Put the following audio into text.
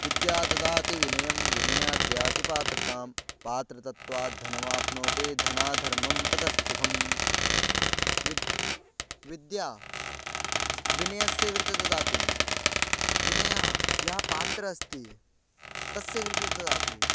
विद्यां ददाति विनयं विनयाद् याति पात्रताम् पात्रत्वात् धनमाप्नोति धनात् धर्मं ततः सुखम् विद् विद्या विनयस्य कृते ददाति विनयः यः पात्रः अस्ति तस्य कृते ददाति